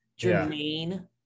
Jermaine